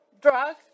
drug